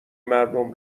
مردم